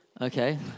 okay